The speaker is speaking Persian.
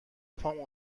پام